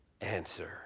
answer